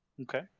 Okay